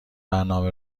برنامه